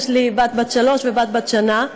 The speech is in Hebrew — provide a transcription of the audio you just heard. יש לי בת בת שלוש ובת בת שנה,